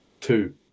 two